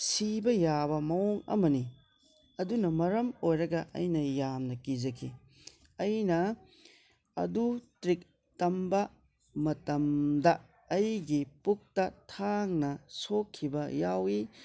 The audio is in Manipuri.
ꯁꯤꯕ ꯌꯥꯕ ꯃꯑꯣꯡ ꯑꯃꯅꯤ ꯑꯗꯨꯅ ꯃꯔꯝ ꯑꯣꯏꯔꯒ ꯑꯩꯅ ꯌꯥꯝꯅ ꯀꯤꯖꯈꯤ ꯑꯩꯅ ꯑꯗꯨ ꯇ꯭ꯔꯤꯛ ꯇꯝꯕ ꯃꯇꯝꯗ ꯑꯩꯒꯤ ꯄꯨꯛꯇ ꯊꯥꯡꯅ ꯁꯣꯛꯈꯤꯕ ꯌꯥꯎꯋꯤ